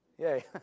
Yay